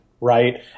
right